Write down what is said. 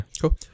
cool